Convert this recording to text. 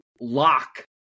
lock